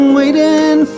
waiting